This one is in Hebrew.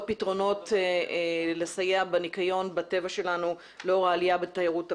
פתרונות לסייע בניקיון הטבע שלנו לאור העלייה בתיירות הפנים.